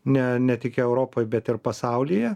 ne ne tik europoj bet ir pasaulyje